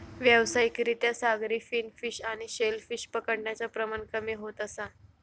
व्यावसायिक रित्या सागरी फिन फिश आणि शेल फिश पकडण्याचा प्रमाण कमी होत असा